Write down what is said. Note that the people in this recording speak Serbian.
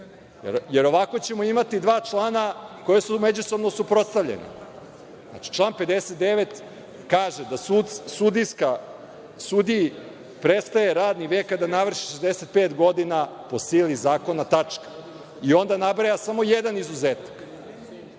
jer ovako ćemo imati dva člana koje su međusobno suprotstavljene. Znači, član 59. kaže – da sudiji prestaje radni vek kada navrši 65 godina po sili zakona tačka i onda nabraja samo jedan izuzetak.